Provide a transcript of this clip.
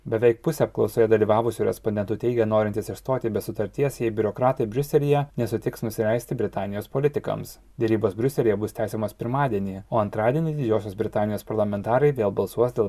beveik pusė apklausoje dalyvavusių respondentų teigė norintys išstoti be sutarties jei biurokratai briuselyje nesutiks nusileisti britanijos politikams derybos briuselyje bus tęsiamos pirmadienį o antradienį didžiosios britanijos parlamentarai vėl balsuos dėl